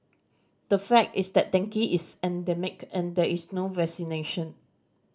the fact is that dengue is endemic and there is no vaccination